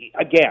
again